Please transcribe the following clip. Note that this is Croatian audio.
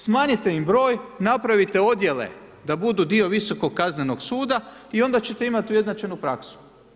Smanjite im broj, napravite odjele, da budu dio visokog kaznenog suda i onda ćete imati ujednačenu praksu.